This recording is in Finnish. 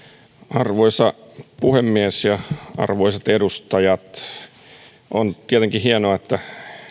arvoisa puhemies arvoisat edustajat on tietenkin hienoa että